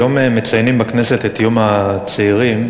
היום מציינים בכנסת את יום הצעירים,